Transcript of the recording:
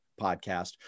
Podcast